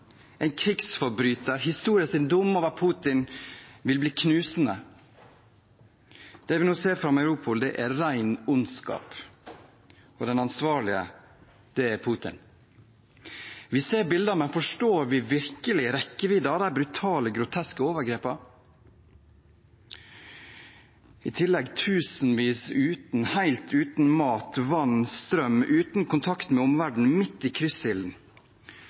en krigsforbryter. Historiens dom over Putin vil bli knusende. Det vi nå ser fra Mariupol, er ren ondskap, og den ansvarlige er Putin. Vi ser bilder, men forstår vi virkelig rekkevidden av de brutale, groteske overgrepene? I tillegg er tusenvis helt uten mat, vann, strøm, uten kontakt med omverdenen, midt i